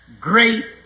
great